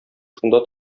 шунда